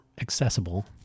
accessible